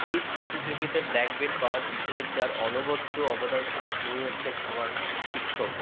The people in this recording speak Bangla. এই প্রতিযোগিতায় ব্ল্যাক বেল্ট পাওয়ার পিছনে যার অনবদ্য অবদান ছিল তিনি হচ্ছেন আমার শিক্ষক